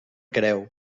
creu